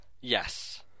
Yes